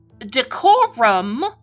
decorum